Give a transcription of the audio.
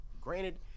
Granted